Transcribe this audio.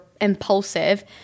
impulsive